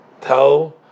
tell